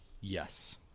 Yes